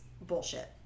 bullshit